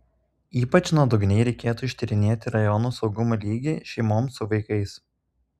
ypač nuodugniai reikėtų ištyrinėti rajono saugumo lygį šeimoms su vaikais